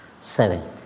Seven